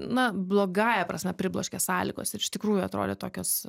na blogąja prasme pribloškė sąlygos ir iš tikrųjų atrodė tokios